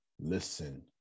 Listen